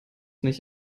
nicht